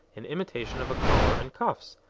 in imitation of a collar and cuffs.